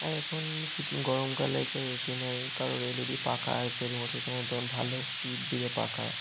আর এখন শীত গরমকালে কেউ এসি নেয় কারোর এল ই ডি পাখা আছে রিমোটের মতো ভালো স্পিড দেবে পাখা